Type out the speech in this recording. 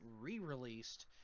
re-released